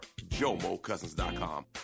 JomoCousins.com